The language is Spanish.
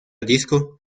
disco